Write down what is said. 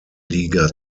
liga